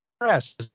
press